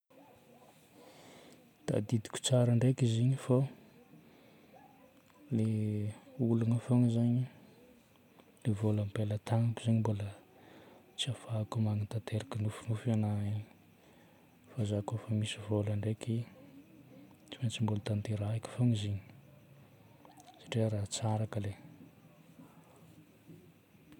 Tadidiko tsara ndraika izy igny fô ny olagna fôgna zagny, ilay vola am-pelantagnako zagny mbola tsy ahafahako manatanteraka nofinofy anahy igny. Fa za koa fa misy vola ndraiky, tsy maintsy mbola hotanterahiko fôgna izy igny satria raha tsara kale